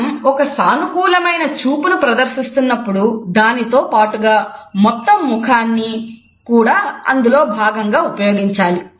మనం ఒక సానుకూలమైన చూపును ప్రదర్శిస్తున్నప్పుడు దానితో పాటుగా మొత్తం ముఖాన్ని కూడా అందులో భాగంగా ఉపయోగించాలి